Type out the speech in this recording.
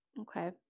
Okay